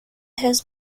had